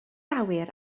awyr